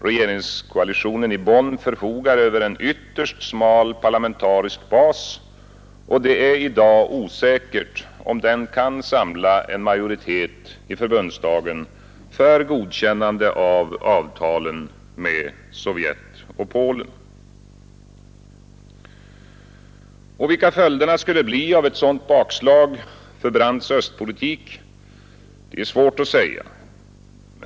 Regeringskoalitionen i Bonn förfogar över en ytterst smal parlamentarisk bas och det är i dag osäkert om den kan samla en majoritet i förbundsdagen för godkännande av avtalen med Sovjet och Polen. Vilka följderna skulle bli av ett sådant bakslag för Brandts östpolitik är svårt att säga.